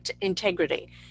integrity